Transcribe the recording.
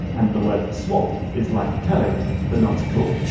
and the word swap is like tele but not as cool.